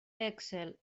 excel